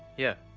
yeah,